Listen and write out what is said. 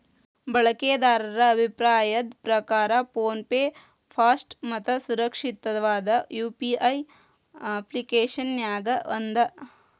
ಬಳಕೆದಾರರ ಅಭಿಪ್ರಾಯದ್ ಪ್ರಕಾರ ಫೋನ್ ಪೆ ಫಾಸ್ಟ್ ಮತ್ತ ಸುರಕ್ಷಿತವಾದ ಯು.ಪಿ.ಐ ಅಪ್ಪ್ಲಿಕೆಶನ್ಯಾಗ ಒಂದ